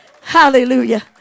hallelujah